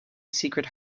secret